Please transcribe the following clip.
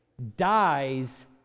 dies